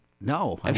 No